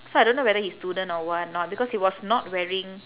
so I don't know whether he student or what not because he was not wearing